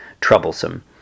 troublesome